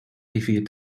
rivier